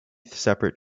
separate